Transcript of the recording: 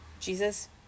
Jesus